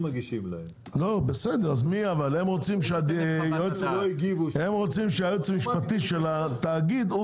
הם רוצים שהיועץ המשפטי של התאגיד הוא